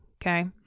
Okay